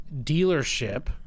dealership